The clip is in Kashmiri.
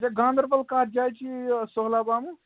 اچھا گاندَربَل کَتھ جایہِ چھِ یہِ سہلاب آمُت